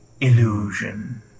illusion